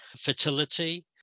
fertility